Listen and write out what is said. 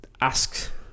ask